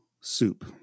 soup